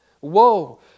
Woe